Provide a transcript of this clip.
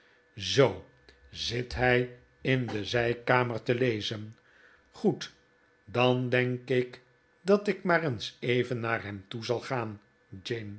zoo zit hij in de zijkamer te lezen goed dan denk ik dat ik maar eens even naar hem toe zal gaan